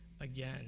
again